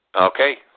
Okay